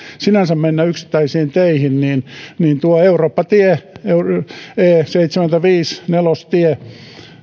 sinänsä mennä yksittäisiin teihin tuo eurooppa tie e seitsemänkymmentäviisi nelostie